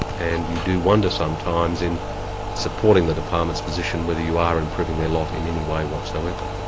and you do wonder sometimes in supporting the department's position whether you are improving their lot in any way whatsoever.